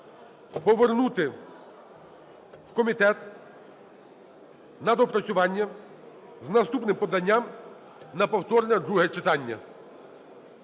повернути в комітет на доопрацювання з наступним поданням на повторне друге читання.